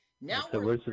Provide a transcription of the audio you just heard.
now